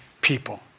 people